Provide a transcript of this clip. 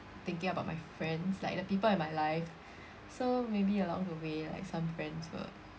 thinking about my friends like the people in my life so maybe along the way like some friends will